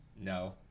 no